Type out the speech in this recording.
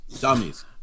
dummies